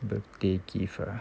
birthday gift ah